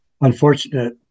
unfortunate